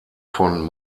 von